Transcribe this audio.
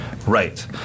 Right